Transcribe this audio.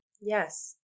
Yes